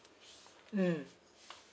mm